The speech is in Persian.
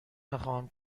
نخواهم